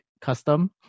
custom